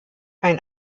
ein